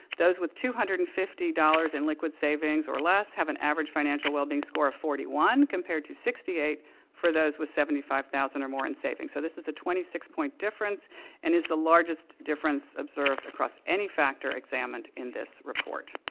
those with two hundred and fifty dollars in liquid savings or less have an average financial wellbeing score of forty one, compared to sixty eight for those with seventy five thousand or more in savings. so, this is a twenty six point difference and is the largest difference observed across any factor examined in this report.